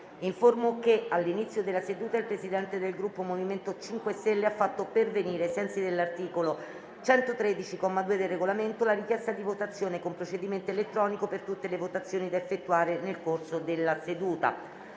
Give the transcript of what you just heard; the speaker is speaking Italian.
che all'inizio della seduta il Presidente del Gruppo MoVimento 5 Stelle ha fatto pervenire, ai sensi dell'articolo 113, comma 2, del Regolamento, la richiesta di votazione con procedimento elettronico per tutte le votazioni da effettuare nel corso della seduta.